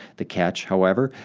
the catch, however,